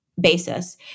Basis